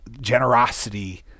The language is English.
generosity